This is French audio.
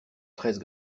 treize